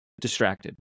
distracted